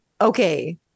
Okay